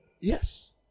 Yes